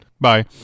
bye